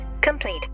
complete